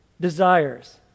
desires